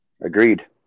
agreed